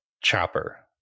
Chopper